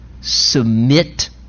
submit